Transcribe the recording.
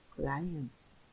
clients